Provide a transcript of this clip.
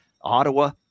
Ottawa